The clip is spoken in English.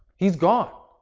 he's gone.